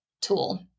tool